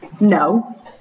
No